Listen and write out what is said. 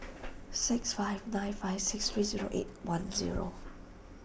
six five nine five six three zero eight one zero